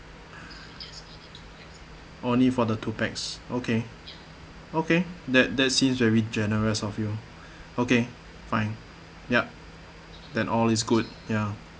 only for the two pax okay okay that that seems very generous of you okay fine yup then all is good ya